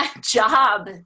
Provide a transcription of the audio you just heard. job